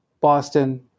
Boston